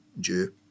due